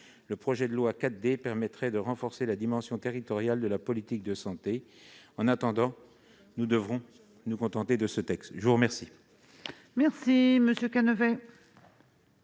décomplexification, permettrait de renforcer la dimension territoriale de la politique de santé. En attendant, nous devrons nous contenter de ce texte. La parole